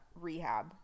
rehab